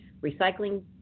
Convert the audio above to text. recycling